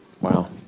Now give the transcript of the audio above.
Wow